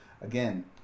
again